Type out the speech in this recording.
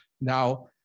Now